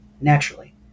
naturally